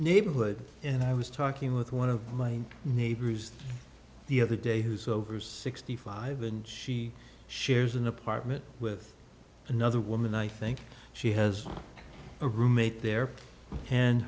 neighborhood and i was talking with one of my neighbors the other day who's over sixty five and she shares an apartment with another woman i think she has a roommate there